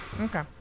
Okay